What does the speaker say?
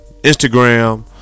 Instagram